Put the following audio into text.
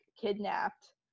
kidnapped